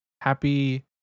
Happy